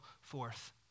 forth